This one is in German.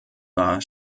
war